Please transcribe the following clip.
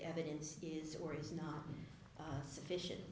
evidence is or is not sufficient